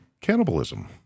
cannibalism